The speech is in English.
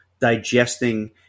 digesting –